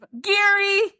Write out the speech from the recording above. Gary